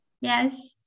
yes